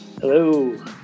Hello